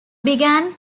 began